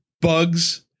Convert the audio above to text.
Bugs